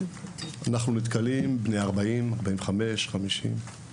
אנחנו נתקלים גם באנשים בני 40, 45 ו-50.